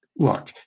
Look